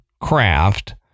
craft